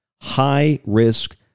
high-risk